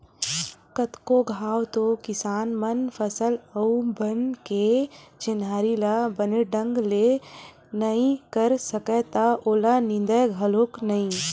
कतको घांव तो किसान मन फसल अउ बन के चिन्हारी ल बने ढंग ले नइ कर सकय त ओला निंदय घलोक नइ